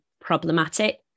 problematic